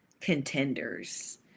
contenders